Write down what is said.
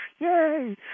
Yay